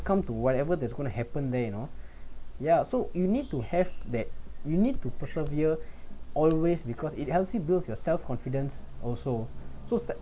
come to whatever there is going to happen there you know ya so you need to have that you need to persevere always because it helps you build your self-confidence also so sa~